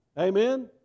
Amen